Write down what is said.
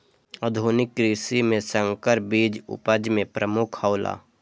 आधुनिक कृषि में संकर बीज उपज में प्रमुख हौला